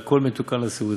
והכול מתוקן לסעודה.